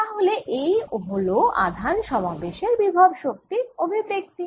তাহলে এই হল আধান সমাবেশ এর বিভব শক্তির অভিব্যক্তি